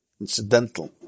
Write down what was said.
incidental